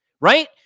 Right